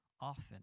often